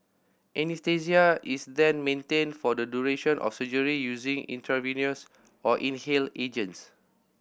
Anaesthesia is then maintained for the duration of surgery using intravenous or inhaled agents